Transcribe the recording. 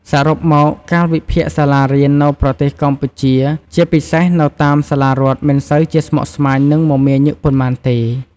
សរុបមក កាលវិភាគសាសារៀននៅប្រទេសកម្ពុជាជាពិសេសនៅតាមសាលារដ្ឋមិនសូវជាស្មុគស្មាញ និងមាមាញឹកប៉ុន្មានទេ។